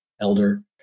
Elder